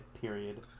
period